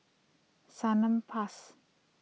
Salonpas